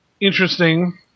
Interesting